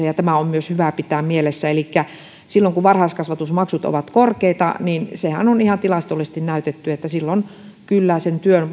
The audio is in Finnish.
ja tämä on myös hyvä pitää mielessä elikkä kun varhaiskasvatusmaksut ovat korkeita niin sehän on ihan tilastollisesti näytetty että silloin kyllä sen työn